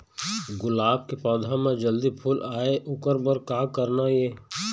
गुलाब के पौधा म जल्दी फूल आय ओकर बर का करना ये?